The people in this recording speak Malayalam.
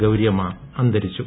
ഗൌരിയമ്മ അന്തരിച്ചു